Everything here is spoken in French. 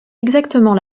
exactement